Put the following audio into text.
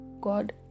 God